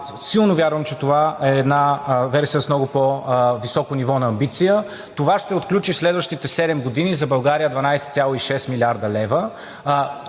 Силно вярвам, че това е една версия с много по-високо ниво на амбиция. Това ще отключи в следващите седем години за България 12,6 млрд. лв.,